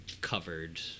covered